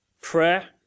Prayer